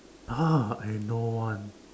ah I know one